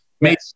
made